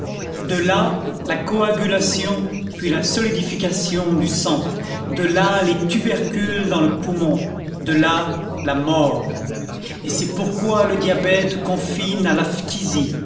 de là la coagulation puis la solidification du sang de là les tubercules dans le poumon de là la mort et c'est pourquoi le diabète confine à la